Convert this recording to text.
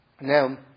Now